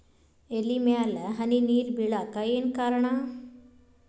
ಎಲೆ ಮ್ಯಾಲ್ ಹನಿ ನೇರ್ ಬಿಳಾಕ್ ಏನು ಕಾರಣ?